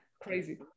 crazy